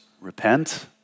repent